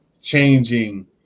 changing